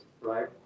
right